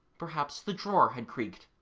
perhaps the drawer had creaked